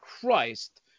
Christ